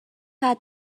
had